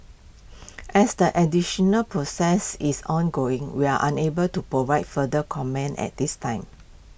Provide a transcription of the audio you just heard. as the additional process is ongoing we are unable to provide further comments at this time